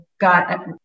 got